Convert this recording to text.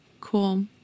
cool